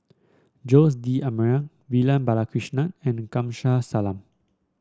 Jose D'Almeida Vivian Balakrishnan and Kamsari Salam